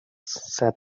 said